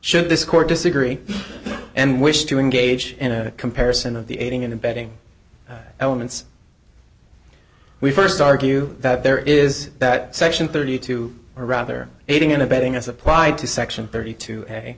should this court disagree and wish to engage in a comparison of the aiding and abetting elements we st argue that there is that section thirty two or rather aiding and abetting as applied to section thirty two